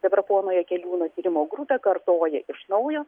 dabar pono jakeliūno tyrimo grupė kartoja iš naujo